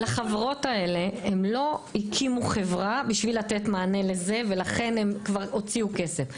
החברות האלה לא הקימו חברה כדי לתת מענה לזה ולכן כבר הוציאו כסף.